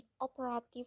operative